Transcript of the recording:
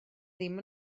ddim